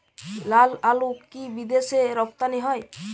লালআলু কি বিদেশে রপ্তানি হয়?